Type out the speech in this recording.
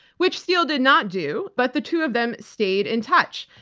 which steele did not do, but the two of them stayed in touch.